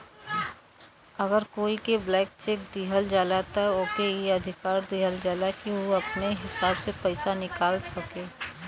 अगर कोई के ब्लैंक चेक दिहल जाला त ओके ई अधिकार दिहल जाला कि उ अपने हिसाब से पइसा निकाल सके